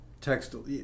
textile